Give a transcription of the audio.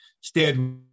stayed